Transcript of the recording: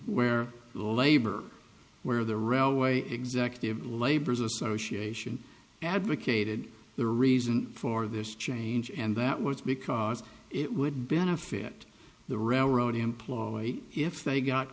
where labor where the railway executive labors association advocated the reason for this change and that was because it would benefit the railroad employs if they got